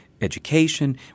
education